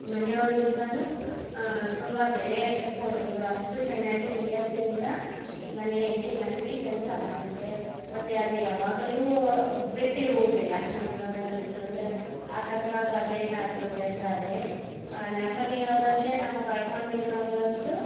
ಮನೆಯವ್ರಿಗಿಂತನೂ ತುಂಬ ಬೆಲೆ ಕೊಡ್ಬೋದು ಅಷ್ಟು ಚೆನ್ನಾಗಿ ನಿಯತ್ತಿನಿಂದ ಮನೆಯಲ್ಲಿ ನಂಬಿ ಕೆಲಸ ಮಾಡುತ್ತೆ ಮತ್ತೆ ಅದು ಯಾವಾಗಲು ಬಿಟ್ಟಿರುವುದಿಲ್ಲ ಮನೆಯವ್ರನ್ನು ಬಿಟ್ಟಿರುವುದಿಲ್ಲ ಅಕಸ್ಮಾತ್ ಅದೇನಾದರು ಡೆತ್ ಆದರೆ ನಮ್ಮನೆಯವ್ರನ್ನೆ ನಾವು ಕಳ್ಕೊಂಡ್ವೇನೊ ಅನ್ನುವಷ್ಟು